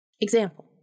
Example